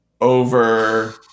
over